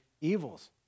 evils